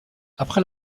après